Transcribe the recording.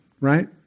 right